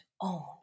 own